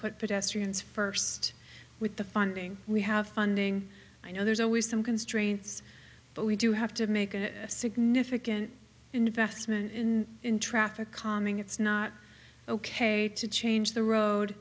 pedestrians first with the funding we have funding i know there's always some constraints but we do have to make a significant investment in in traffic calming it's not ok to change the road